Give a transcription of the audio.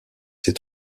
ses